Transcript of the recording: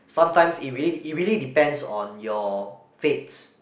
sometimes it really it really depends on your fate